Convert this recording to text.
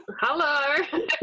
Hello